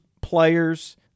players